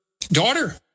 daughter